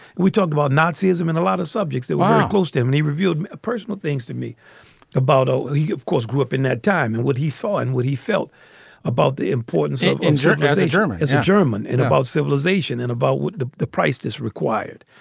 we talked about naziism and a lot of subjects who are close to him. and he revealed personal things to me about oh, he of course grew up in that time. and what he saw and what he felt about the importance in in german as a german, as a german and about civilization and about what the the price is required.